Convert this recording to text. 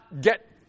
get